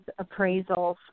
appraisals